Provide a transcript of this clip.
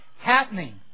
happening